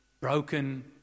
broken